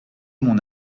mon